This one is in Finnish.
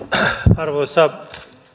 arvoisa